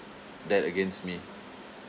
that against me